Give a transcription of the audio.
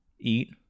eat